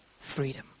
freedom